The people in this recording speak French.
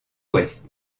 ouest